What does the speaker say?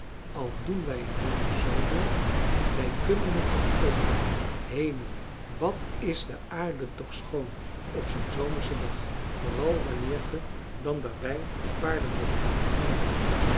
al doen wij het niet z mooi wij kunnen het toch ook wel hemel wat is de aarde toch schoon op zoo'n zomerschen dag vooral wanneer ge dan daarbij de paarden moogt helpen mennen